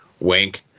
Wink